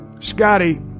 scotty